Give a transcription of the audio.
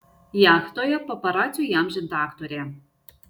jachtoje paparacių įamžinta aktorė